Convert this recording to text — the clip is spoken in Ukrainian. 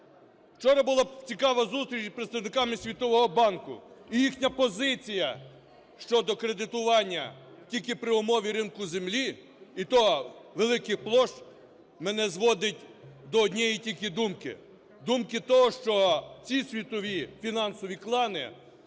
Вчора була цікава зустріч з представниками Світового банку. І їхня позиція щодо кредитування: тільки при умові ринку землі, і то великих площ, – мене зводить до однієї тільки думки, думки того, що ці світові фінансові клани